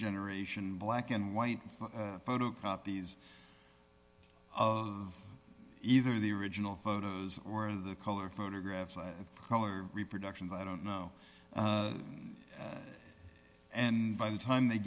generation black and white photo copies of either the original photos or the color photographs color reproductions i don't know and by the time they